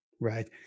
Right